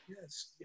Yes